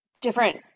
different